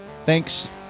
Thanks